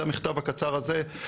זה המכתב הקצר הזה,